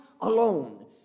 alone